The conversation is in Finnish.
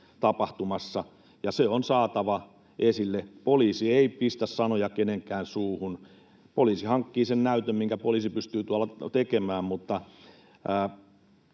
tapahtumassa, ja se on saatava esille. Poliisi ei pistä sanoja kenenkään suuhun. Poliisi hankkii sen näytön, minkä poliisi pystyy tuolla tekemään.